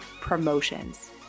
promotions